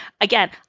Again